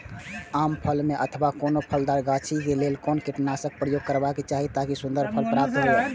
आम क फल में अथवा कोनो फलदार गाछि क लेल कोन कीटनाशक प्रयोग करबाक चाही ताकि सुन्दर फल प्राप्त हुऐ?